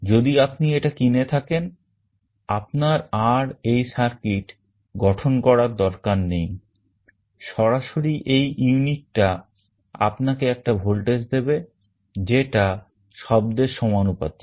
যদি আপনি এটা কিনে থাকেন আপনার আর এই circuit গঠন করার দরকার নেই সরাসরি এই ইউনিট টা আপনাকে একটা ভোল্টেজ দেবে যেটা শব্দের সমানুপাতিক